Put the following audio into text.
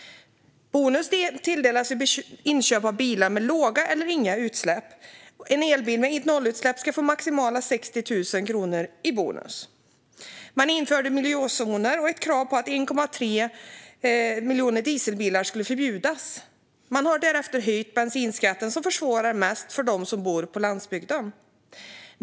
Bonus tilldelas vid inköp av bilar med låga eller inga utsläpp. För en elbil med nollutsläpp ska man få maximalt 60 000 kronor i bonus. Man införde miljözoner och ett krav på att 1,3 miljoner dieselbilar skulle förbjudas. Man har därefter höjt bensinskatten, vilket försvårar mest för dem som bor på landsbygden.